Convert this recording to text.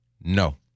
No